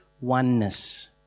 oneness